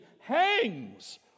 hangs